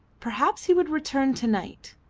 perhaps he would return to-night.